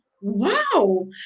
wow